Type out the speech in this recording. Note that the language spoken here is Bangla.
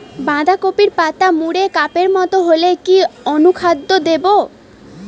বাঁধাকপির পাতা মুড়ে কাপের মতো হলে কি অনুখাদ্য দেবো?